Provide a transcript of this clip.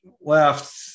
left